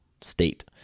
state